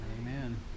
Amen